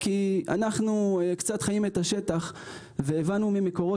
כי אנחנו קצת חיים את השטח והבנו ממקורות